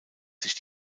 sich